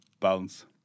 balance